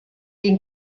den